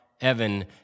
Evan